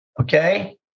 Okay